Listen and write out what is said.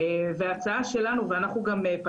יש היחלשות של החומר ולכן אנחנו כן אמרה אחת